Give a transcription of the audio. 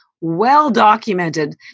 well-documented